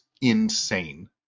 insane